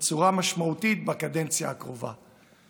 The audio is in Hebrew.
בצורה משמעותית בקדנציה הקרובה.